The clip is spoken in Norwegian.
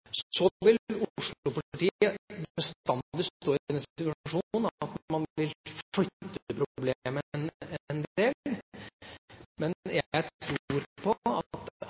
i den situasjonen at man vil flytte problemet en del, men jeg tror på at